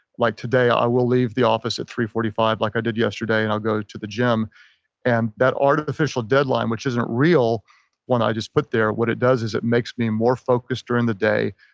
like today, i will leave the office at three forty five like i did yesterday. and i'll go to the gym and that artificial deadline which isn't real one i had just put there, what it does is it makes me more focused during the day.